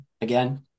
again